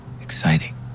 exciting